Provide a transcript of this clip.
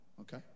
okay